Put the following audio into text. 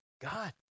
God